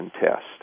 test